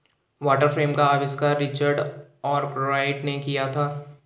water frame का आविष्कार Richard Arkwright ने किया था